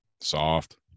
Soft